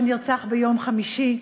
שנרצח ביום חמישי,